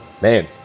Man